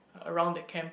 around that camp